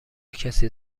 کسی